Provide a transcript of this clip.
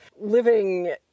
living